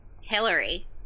Hillary